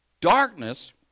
Darkness